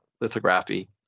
lithography